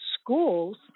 schools